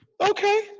okay